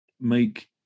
make